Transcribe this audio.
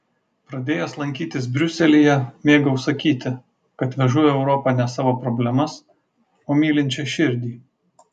pradėjęs lankytis briuselyje mėgau sakyti kad vežu į europą ne savo problemas o mylinčią širdį